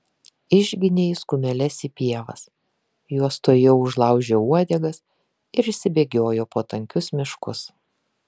išginė jis kumeles į pievas jos tuojau užlaužė uodegas ir išsibėgiojo po tankius miškus